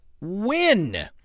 win